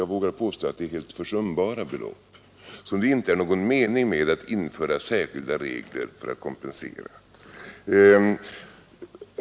Jag vågar påstå att de är helt försumbara, och det är inte någon mening med att införa särskilda regler för att kompensera kommunerna.